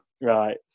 Right